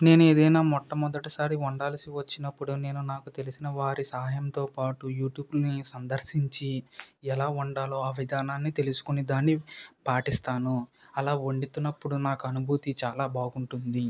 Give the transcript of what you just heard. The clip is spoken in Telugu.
నేను ఏదైనా మొట్ట మొదటిసారి వండాల్సి వచ్చినప్పుడు నేను నాకు తెలిసినవారి సహాయంతో సాయంతో పాటు యూట్యూబ్ని సందర్శించి ఎలా వండాలో ఆ విధానాన్ని తెలుసుకొని దాన్ని పాటిస్తాను అలా వండుతున్నప్పుడు నాకు అనుభూతి చాలా బాగుంటుంది